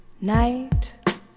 night